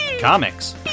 Comics